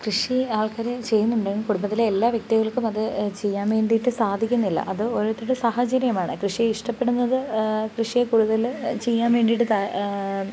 കൃഷി ആൾക്കാർ ചെയ്യുന്നുണ്ട് കുടുംബത്തിലെ എല്ലാ വ്യക്തികൾക്കും അത് ചെയ്യാൻ വേണ്ടിയിട്ട് സാധിക്കുന്നില്ല അത് ഓരോരുത്തരുടെ സാഹചര്യമാണ് കൃഷി ഇഷ്ടപെടുന്നത് കൃഷിയെ കൂടുതൽ ചെയ്യാൻ വേണ്ടിയിട്ട്